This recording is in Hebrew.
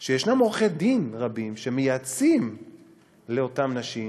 לכך שיש עורכי-דין רבים שמייעצים לאותן נשים